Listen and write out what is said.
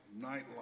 nightlife